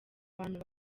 abantu